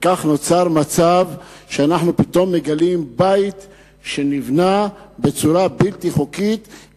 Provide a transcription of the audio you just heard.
וכך נוצר מצב שאנחנו פתאום מגלים בית שנבנה בצורה בלתי חוקית,